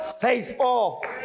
faithful